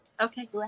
Okay